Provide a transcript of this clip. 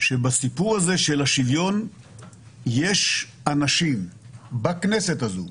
שבסיפור הזה של השוויון יש אנשים בכנסת הזו,